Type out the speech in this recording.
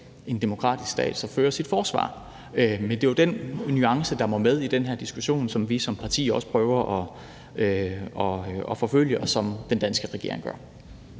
en demokratisk stat så fører sit forsvar. Det er den nuance, der må med i den her diskussion, og som vi som parti også prøver at forfølge, hvad den danske regering også